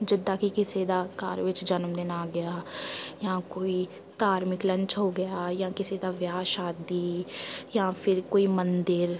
ਜਿੱਦਾਂ ਕਿ ਕਿਸੇ ਦਾ ਘਰ ਵਿੱਚ ਜਨਮਦਿਨ ਆ ਗਿਆ ਜਾਂ ਕੋਈ ਧਾਰਮਿਕ ਲੰਚ ਹੋ ਗਿਆ ਜਾਂ ਕਿਸੇ ਦਾ ਵਿਆਹ ਸ਼ਾਦੀ ਜਾਂ ਫਿਰ ਕੋਈ ਮੰਦਿਰ